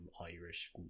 Irish